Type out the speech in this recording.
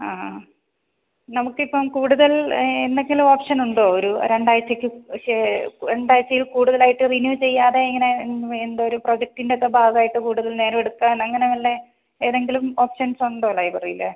ആ അ നമുക്ക് ഇപ്പം കൂടുതൽ എന്നെക്കിലൊപ്ഷനുണ്ടോ ഒരു രണ്ട് ആഴ്ചക്ക് രണ്ട് ആഴ്ചയിൽ കൂടുതലായിട്ട് റിനൂ ചെയ്യാതെ എങ്ങനെ എന്തൊരു പ്രോജക്റ്റിന്റോക്കെ ഭാഗമായിട്ട് കൂടുതൽ നേരം എടുക്കാനങ്ങനെ വല്ല ഏതെങ്കിലും ഓപ്ഷൻസൊണ്ടോ ലൈബ്രറീൽ